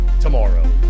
tomorrow